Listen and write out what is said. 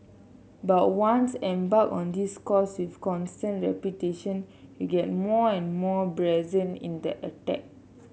but once embarked on this course with constant repetition you get more and more brazen in the attack